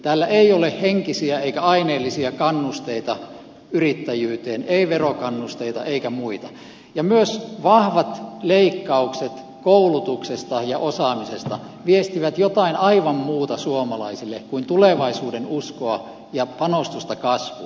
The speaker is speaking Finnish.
täällä ei ole henkisiä eikä aineellisia kannusteita yrittäjyyteen ei verokannusteita eikä muita ja myös vahvat leikkaukset koulutuksesta ja osaamisesta viestivät jotain aivan muuta suomalaisille kuin tulevaisuudenuskoa ja panostusta kasvuun